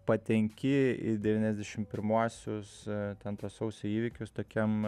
patenki į devyniasdešim pirmuosius ten tuos sausio įvykius tokiam